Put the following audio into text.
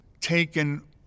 taken